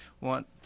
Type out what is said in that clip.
want